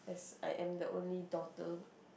I am the only daughter